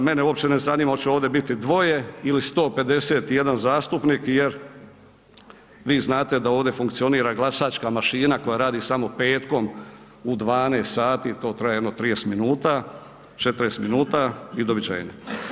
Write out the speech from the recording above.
Mene uopće ne zanima hoće li ovdje biti 2 ili 151 zastupnik jer vi znate da ovdje funkcionira glasačka mašina koja radi samo petkom u 12 sati, to traje jedno 30 minuta, 40 minuta i doviđenja.